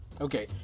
Okay